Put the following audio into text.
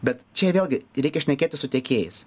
bet čia vėlgi reikia šnekėtis su tiekėjais